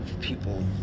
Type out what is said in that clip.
people